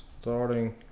starting